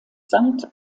sankt